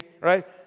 right